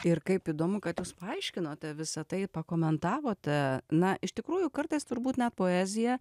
ir kaip įdomu kad jūs paaiškinote visa tai pakomentavote na iš tikrųjų kartais turbūt na poezija